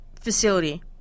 facility